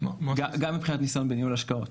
גם מבחינת ניסיון בניהול השקעות,